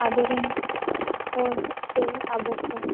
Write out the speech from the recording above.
ᱟᱵᱚᱨᱮᱱ ᱦᱚᱲ ᱥᱮ ᱟᱵᱚᱠᱚ